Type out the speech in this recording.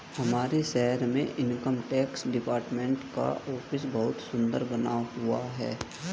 हमारे शहर में इनकम टैक्स डिपार्टमेंट का ऑफिस बहुत सुन्दर बना हुआ है